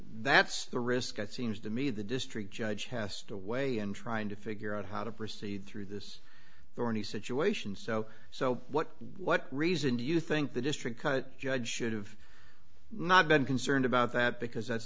that's the risk that seems to me the district judge has to weigh in trying to figure out how to proceed through this thorny situation so so what what reason do you think the district cut judge should have not been concerned about that because that's